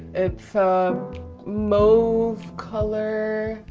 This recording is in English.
it's mauve color.